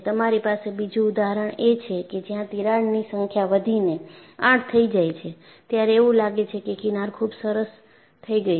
તમારી પાસે બીજું ઉદાહરણ એ છે કે જ્યાં તિરાડની સંખ્યા વધીને 8 થઈ જાય છે ત્યારે એવું લાગે છે કે કિનાર ખૂબ સરસ થઈ ગઈ છે